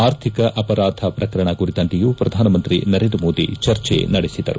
ಅರ್ಥಿಕ ಅಪರಾಧ ಪ್ರಕರಣ ಕುರಿತಂತೆಯೂ ಪ್ರಧಾನಮಂತ್ರಿ ನರೇಂದ್ರ ಮೋದಿ ಚರ್ಚೆ ನಡೆಸಿದರು